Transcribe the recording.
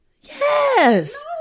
Yes